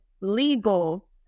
legal